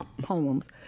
poems